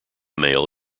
male